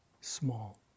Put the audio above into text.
small